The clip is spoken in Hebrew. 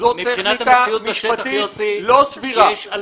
-- זו גישה משפטית לא סבירה.